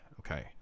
Okay